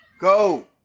Go